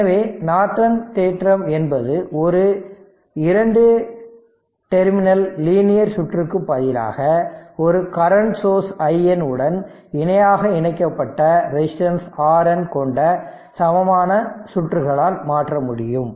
எனவே நார்டன் தேற்றம் என்பது ஒரு 2 டெர்மினல் லீனியர் சுற்றுக்கு பதிலாக ஒரு கரெண்ட் சோர்ஸ் iN உடன் இணையாக இணைக்கப்பட்ட ரெசிஸ்டன்ஸ் Rn கொண்ட சமமான சுற்றுகளால் மாற்ற முடியும்